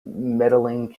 medaling